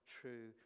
true